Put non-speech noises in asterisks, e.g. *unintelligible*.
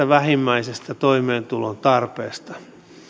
*unintelligible* vähimmäisestä toimeentulon tarpeesta